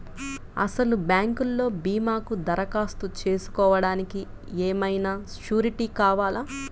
అసలు బ్యాంక్లో భీమాకు దరఖాస్తు చేసుకోవడానికి ఏమయినా సూరీటీ కావాలా?